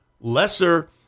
lesser